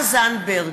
זנדברג,